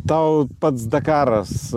tau pats dakaras